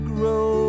Grow